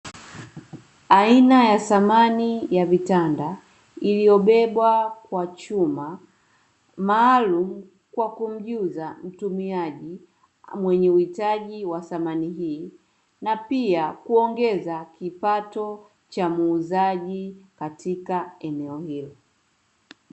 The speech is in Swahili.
Aina ya samani ya vitanda, iliyobebwa kwa chuma maalumu kwa kumjuza mtumiaji mwenye uhitaji wa samani hii. Na pia kuongeza kipato cha muuzaji katika eneo hilo.